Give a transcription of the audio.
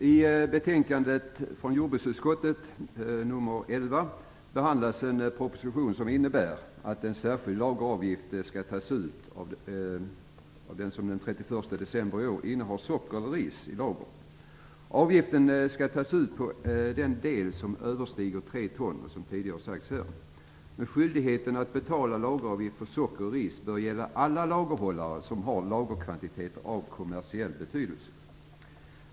Fru talman! I jordbruksutskottets betänkande nr 11 behandlas en proposition som innebär att en särskild lageravgift skall tas ut av den som den 31 december i år innehar socker eller ris i lager. Avgiften skall tas ut på den del som överstiger 3 ton, som tidigare har sagts här. Skyldigheten att betala en lageravgift för socker och ris bör gälla alla lagerhållare som har lagerkvantiteter av kommersiell betydelse.